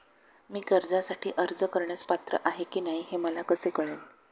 मी कर्जासाठी अर्ज करण्यास पात्र आहे की नाही हे मला कसे कळेल?